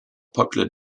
popular